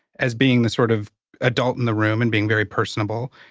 as being the sort of adult in the room and being very personable.